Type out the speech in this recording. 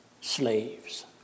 slaves